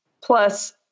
Plus